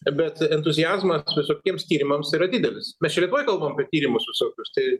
bet entuziazmas visokiems tyrimams yra didelis mes čia lietuvoj kalbam apie tyrimus visokius tai